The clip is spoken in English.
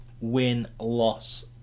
win-loss